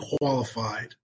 qualified